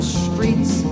streets